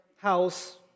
house